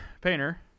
Painter